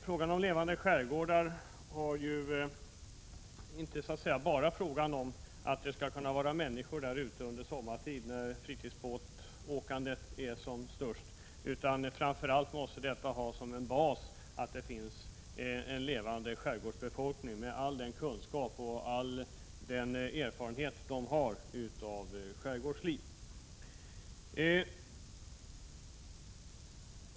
Frågan om levande skärgårdar innebär ju inte bara att det skall kunna vara människor där ute under sommartid, när fritidsbåtsåkandet är som störst. Framför allt måste man ha som en utgångspunkt att det finns en levande skärgårdsbefolkning med all den kunskap och all den erfarenhet en sådan befolkning har av skärgårdsliv.